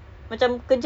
ya lah